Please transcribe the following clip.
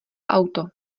auto